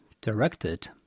directed